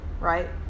right